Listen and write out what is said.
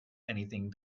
anything